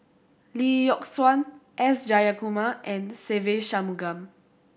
Lee Yock Suan S Jayakumar and Se Ve Shanmugam